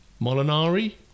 Molinari